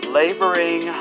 laboring